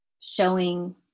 showing